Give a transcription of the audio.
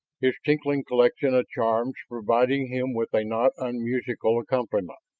his tinkling collection of charms providing him with a not unmusical accompaniment,